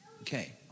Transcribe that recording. Okay